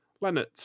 Leonard